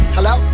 Hello